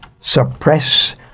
suppress